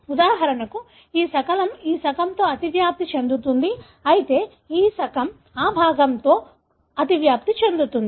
ఉదాహరణకు ఈ శకలం ఈ శకంతో అతివ్యాప్తి చెందుతుంది అయితే ఈ శకలం అదే భాగంతో అతివ్యాప్తి చెందుతుంది